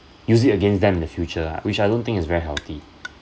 use it against them in the future ah which I don't think is very healthy